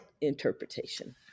interpretation